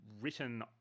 written